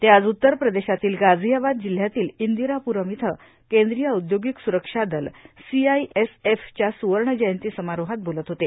ते आज उत्तर प्रदेशातील गाझियाबाद जिल्ह्यातील इंदिरापूरम इथं केंद्रीय औद्योगिक सुरक्षा दल सीआईएसएफच्या सुवर्ण जयंती समारोहात बोलत होते